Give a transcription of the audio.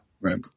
Right